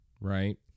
Right